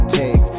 take